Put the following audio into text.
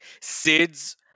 Sid's